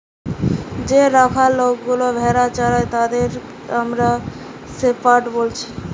যে রাখাল লোকগুলা ভেড়া চোরাই তাদের আমরা শেপার্ড বলছি